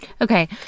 Okay